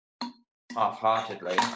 half-heartedly